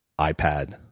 iPad